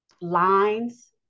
lines